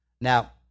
Now